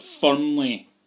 firmly